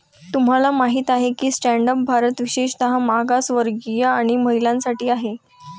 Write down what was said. तुम्हाला माहित आहे का की स्टँड अप भारत विशेषतः मागासवर्गीय आणि महिलांसाठी आहे